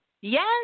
Yes